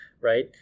right